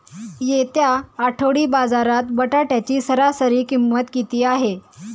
येत्या आठवडी बाजारात बटाट्याची सरासरी किंमत किती आहे?